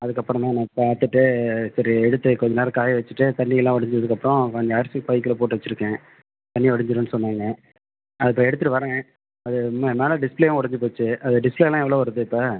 அதுக்கப்புறம் தாண்ணா பார்த்துட்டு சரி எடுத்து கொஞ்சம் நேரம் காய வெச்சுட்டு தண்ணிலாம் வடிஞ்சதுக்கப்றம் இந்த அரிசி பைக்குள்ளே போட்டு வெச்சுருக்கேன் தண்ணி வடிஞ்சிரும்ன்னு சொன்னாங்க அதை இப்போ எடுத்துட்டு வர்றேன் அது ம் மேலே டிஸ்ப்ளேவும் ஒடைஞ்சி போச்சு அது டிஸ்ப்ளேலாம் எவ்வளோ வருது இப்போ